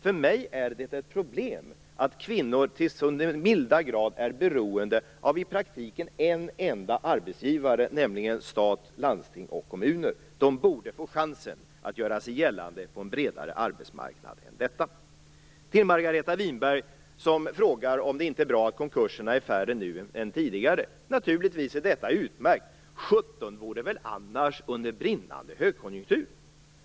För mig är det ett problem att kvinnor så till den milda grad är beroende av i praktiken en enda arbetsgivare, nämligen stat, landsting och kommuner. De borde få chansen att göra sig gällande på en bredare arbetsmarknad än detta. Margareta Winberg frågar om det inte är bra att konkurserna är färre nu än tidigare. Naturligtvis är detta utmärkt. Sjutton vore det väl annars under brinnande högkonjunktur.